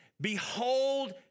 Behold